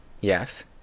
Yes